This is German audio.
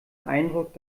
eindruck